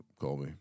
Colby